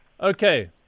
okay